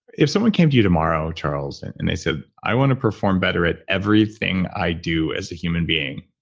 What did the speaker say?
if someone came to you tomorrow charles and they said, i want to perform better at everything i do as a human being,